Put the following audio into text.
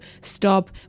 stop